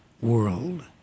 World